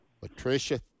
Patricia